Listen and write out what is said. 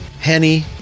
Henny